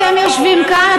אתם יושבים כאן,